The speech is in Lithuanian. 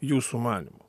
jūsų manymu